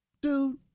dude